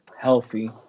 healthy